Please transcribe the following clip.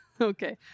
Okay